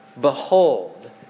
Behold